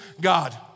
God